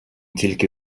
тільки